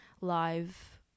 live